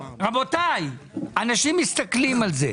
אנשים מסתכלים על זה.